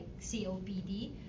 COPD